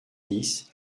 dix